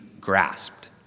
grasped